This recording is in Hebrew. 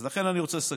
אני רוצה לסכם.